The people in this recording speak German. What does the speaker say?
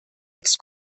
jetzt